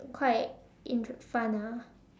quite intere~ fun ah